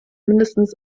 mindestens